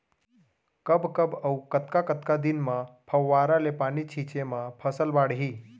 कब कब अऊ कतका कतका दिन म फव्वारा ले पानी छिंचे म फसल बाड़ही?